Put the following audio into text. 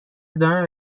ادامه